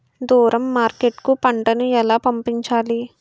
దూరం మార్కెట్ కు పంట ను ఎలా పంపించాలి?